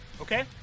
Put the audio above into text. Okay